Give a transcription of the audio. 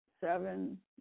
seven